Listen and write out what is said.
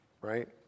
right